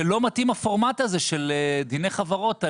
שלא מתאים הפורמט הזה של דיני חברות.